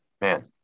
man